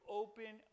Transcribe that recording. open